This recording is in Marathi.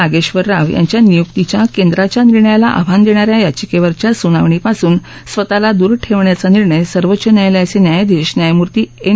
नागरि राव याच्या नियुकीच्या कस्ट्राच्या निर्णयाला आव्हान दग्ता या याचिक्वरच्या सुनावणीपासून स्वतःला दूर ठक्क्रिचा निर्णय सर्वोच्च न्यायालयाचे न्यायाधीश न्यायमूर्ती एन